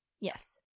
Yes